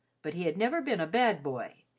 but he had never been a bad boy,